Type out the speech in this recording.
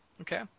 Okay